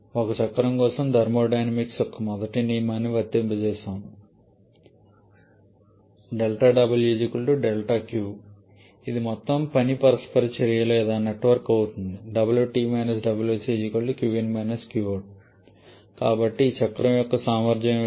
ఒక చక్రం కోసం థర్మోడైనమిక్స్ యొక్క మొదటి నియమాన్ని వర్తింపజేయడం ఇది మొత్తం పని పరస్పర చర్య లేదా నెట్ వర్క్ అవుట్పుట్ కాబట్టి ఈ చక్రం యొక్క సామర్థ్యం ఏమిటి